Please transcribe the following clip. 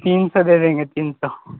تین سو دے دیں گے تین سو